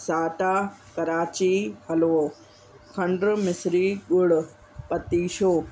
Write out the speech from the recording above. साटा कराची हलवो खंडु मिस्री ॻुड़ पतीशो